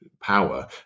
power